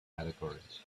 categories